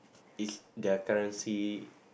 it's their currency